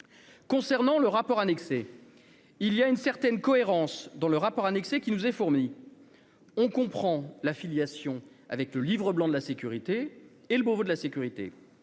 concernant le rapport annexé il y a une certaine cohérence dans le rapport annexé qui nous est fournie, on comprend la filiation avec le livre blanc de la sécurité et le bureau de la sécurité,